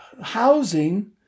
housing